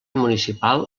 municipal